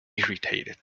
irritated